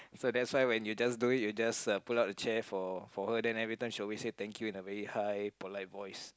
so that's why you just do it you just pull out the chair for for her and she'll say thank you in a really high polite voice